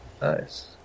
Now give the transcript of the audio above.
Nice